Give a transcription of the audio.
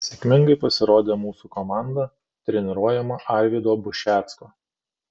sėkmingai pasirodė mūsų komanda treniruojama arvydo bušecko